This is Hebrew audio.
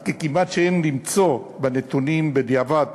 עד כי כמעט שאין למצוא בנתונים בדיעבד